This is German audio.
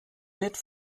nett